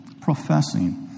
Professing